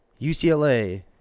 UCLA